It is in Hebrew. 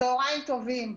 צוהריים טובים,